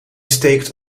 steekt